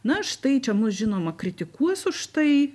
na štai čia mus žinoma kritikuos už tai